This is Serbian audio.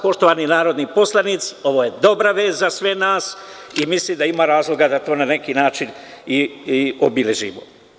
Poštovani narodni poslanici, ovo je dobra vest za sve nas i mislim da ima razloga da to na neki način i obeležimo.